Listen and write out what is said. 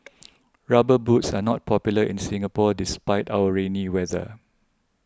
rubber boots are not popular in Singapore despite our rainy weather